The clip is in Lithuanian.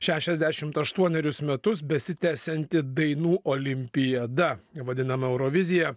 šešiasdešimt aštuonerius metus besitęsianti dainų olimpiada vadinama eurovizija